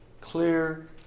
clear